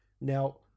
Now